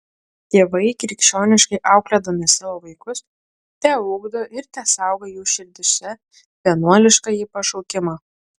tėvai krikščioniškai auklėdami savo vaikus teugdo ir tesaugo jų širdyse vienuoliškąjį pašaukimą